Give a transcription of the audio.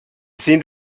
seemed